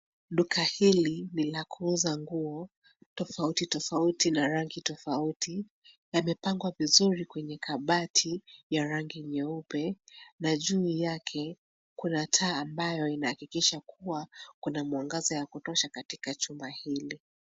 Duka hili ni la kuuza nguo tofauti tofauti na rangi tofauti, yamepangwa vizuri kwenye kabati ya rangi nyeupe na juu yake, kuna taa ambayo inahakikisha kuwa kuna ya kutosha katika jumba hili.